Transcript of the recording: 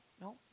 No